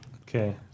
Okay